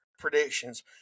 Predictions